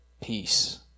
peace